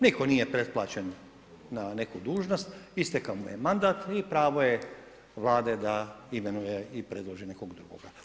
Nitko nije pretplaćen na neku dužnost, istekao mu je mandat i pravo je Vlade da imenuje i predloži nekog drugoga.